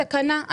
הייתה תקנה,